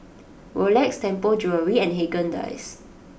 Rolex Tianpo Jewellery and Haagen Dazs